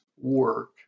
work